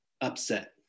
upset